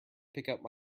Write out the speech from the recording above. pickup